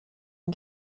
and